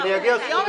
היום,